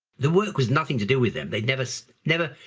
the work was nothing to do with them. they'd never, so never,